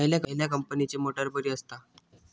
खयल्या कंपनीची मोटार बरी असता?